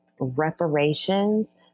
reparations